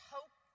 Hope